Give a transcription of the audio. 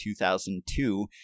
2002